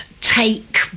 take